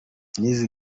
n’izi